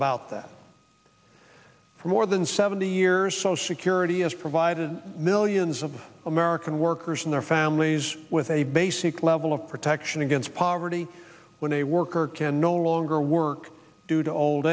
about that for more than seventy years social security has provided millions of american workers and their families with a basic level of protection against poverty when a worker can no longer work due to old